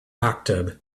maktub